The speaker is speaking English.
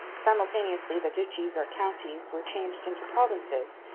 simultaneously the duchies or counties were changed into provinces,